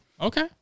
Okay